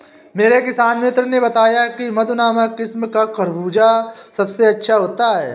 मेरे किसान मित्र ने बताया की मधु नामक किस्म का खरबूजा सबसे अच्छा होता है